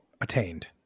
attained